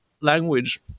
language